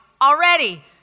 already